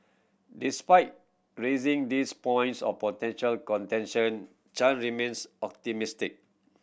despite raising these points of potential contention Chan remains optimistic